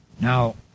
Now